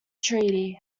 treaty